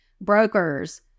brokers